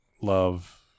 love